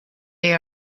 they